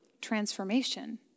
transformation